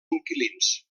inquilins